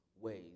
ways